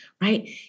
right